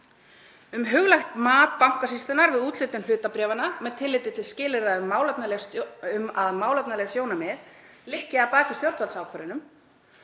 um huglægt mat Bankasýslunnar við úthlutun hlutabréfanna með tilliti til skilyrða um að málefnaleg sjónarmið liggi að baki stjórnvaldsákvörðunum